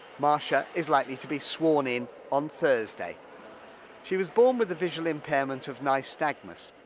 marsha is likely to be sworn in on thursday she was born with a visual impairment of nystagmus,